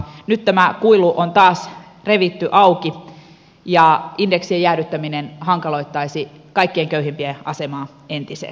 nyt tämä kuilu on taas revitty auki ja indeksien jäädyttäminen hankaloittaisi kaikkein köyhimpien asemaa entisestään